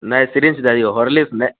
नहि सिरिंच दै दीहो होर्लिक्स नहि